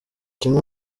kimwe